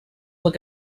look